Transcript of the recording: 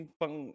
pang